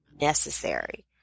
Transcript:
necessary